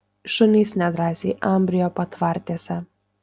šunys nedrąsiai ambrijo patvartėse